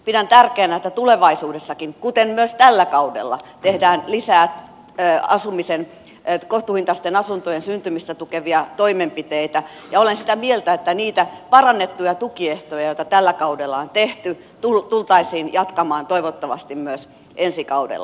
pidän tärkeänä että tulevaisuudessakin kuten myös tällä kaudella tehdään lisää kohtuuhintaisten asuntojen syntymistä tukevia toimenpiteitä ja olen sitä mieltä että niitä parannettuja tukiehtoja joita tällä kaudella on tehty tultaisiin jatkamaan toivottavasti myös ensi kaudella